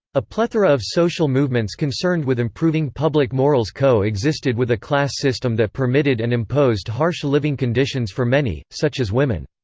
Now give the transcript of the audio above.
a plethora of social movements concerned with improving public morals co-existed with a class system that permitted and imposed harsh living conditions for many, such as women.